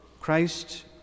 Christ